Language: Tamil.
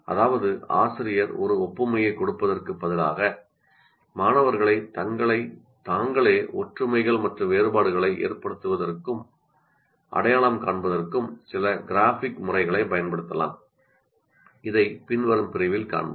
அதாவது ஆசிரியர் ஒரு ஒப்புமையைக் கொடுப்பதற்குப் பதிலாக மாணவர்களை உண்மையில் கண்டுபிடிப்பதற்கும் தங்களைத் தாங்களே அடையாளம் காண்பதற்கும் ஒற்றுமைகள் மற்றும் வேறுபாடுகளை ஏற்படுத்துவதற்கும் பதிலாக இதற்காக சில கிராஃபிக் முறைகளைப் பயன்படுத்தலாம் இது பின்னர் வரும் பிரிவில் காணப்படும்